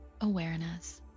awareness